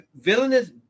villainous